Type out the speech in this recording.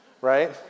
right